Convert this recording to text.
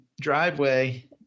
driveway